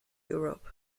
europe